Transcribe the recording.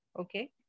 Okay